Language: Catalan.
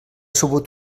sabut